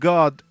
God